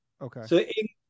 Okay